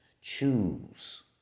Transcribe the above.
Choose